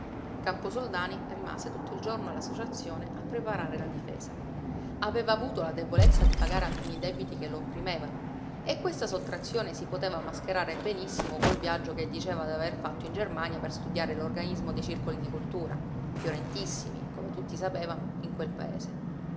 sotto camposoldani rimase tutto il giorno all'associazione a preparare la difesa aveva avuto la debolezza di pagare alcuni debiti che lo opprimevano e questa sottrazione si poteva mascherare benissimo col viaggio che diceva d'aver fatto in germania per studiare l'organismo dei circoli di cultura fiorentissimi come tutti sapevano in quel paese